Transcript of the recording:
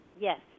Yes